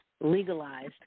legalized